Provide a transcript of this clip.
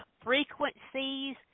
frequencies